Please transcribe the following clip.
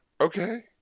okay